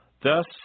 Thus